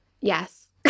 Yes